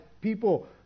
People